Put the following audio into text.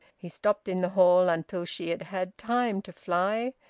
he stopped in the hall until she had had time to fly,